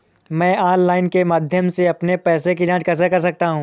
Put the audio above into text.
मैं ऑनलाइन के माध्यम से अपने पैसे की जाँच कैसे कर सकता हूँ?